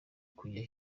kujya